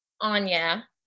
anya